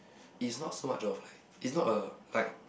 is not so much of like is not a like